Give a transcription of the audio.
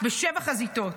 בשבע חזיתות,